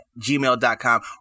gmail.com